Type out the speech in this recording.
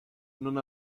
non